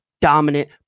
dominant